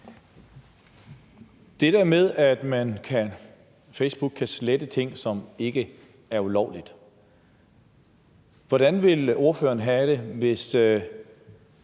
det der med, at Facebook kan slette ting, som ikke er ulovlige, hvordan ville ordføreren have det, hvis